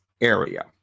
area